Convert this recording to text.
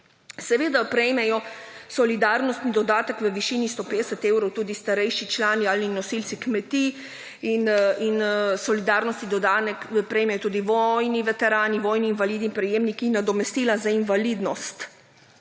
Seveda prejmejo solidarnostni dodatek v višini 150 evrov tudi starejši člani ali nosilci kmetij in solidarnostni dodatek prejmejo tudi vojni veterani, vojni invalidi in prejemniki nadomestila za invalidnost.